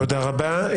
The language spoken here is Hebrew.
תודה רבה.